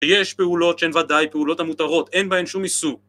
יש פעולות שהן ודאי פעולות המותרות, אין בהן שום איסור.